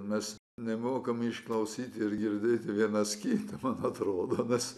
mes nemokam išklausyti ir girdėti vienas kitą man atrodo mes